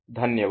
धन्यवाद